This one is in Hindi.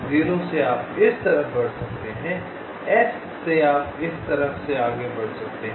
0 से आप इस तरफ बढ़ सकते हैं S से आप इस तरफ से आगे बढ़ सकते हैं